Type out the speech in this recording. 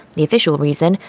the official reason,